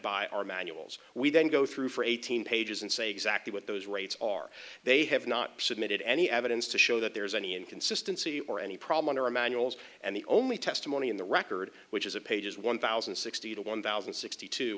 by our manuals we then go through for eighteen pages and say exactly what those rates are they have not submitted any evidence to show that there is any inconsistency or any problem under emanuel's and the only testimony in the record which is of pages one thousand and sixty to one thousand and sixty two